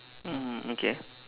mm okay